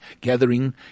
gathering